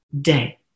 day